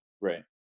Right